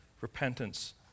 repentance